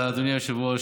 אדוני היושב-ראש,